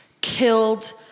killed